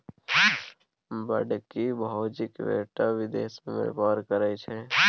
बड़की भौजीक बेटा विदेश मे बेपार करय छै